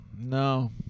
No